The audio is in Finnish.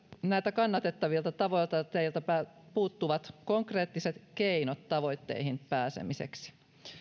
näiltä kannatettavilta tavoitteilta puuttuvat konkreettiset keinot tavoitteisiin pääsemiseksi